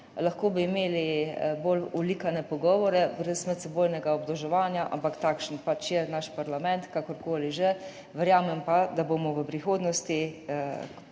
Lahko bi imeli bolj olikane pogovore, brez medsebojnega obdolževanja, ampak takšen pač je naš parlament, kakorkoli že. Verjamem pa, da bomo v prihodnosti,